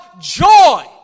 joy